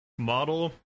model